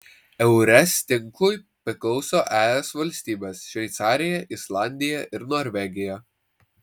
eures tinklui priklauso es valstybės šveicarija islandija ir norvegija